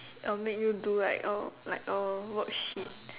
uh make you do like a like a worksheet